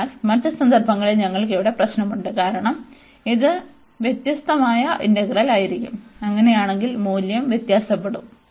അതിനാൽ മറ്റ് സന്ദർഭങ്ങളിൽ ഞങ്ങൾക്ക് ഇവിടെ പ്രശ്നമുണ്ട് കാരണം ഇത് വ്യത്യസ്തമായ ഇന്റഗ്രൽ ആയിരിക്കാം അങ്ങനെയാണെങ്കിൽ മൂല്യം വ്യത്യാസപ്പെടും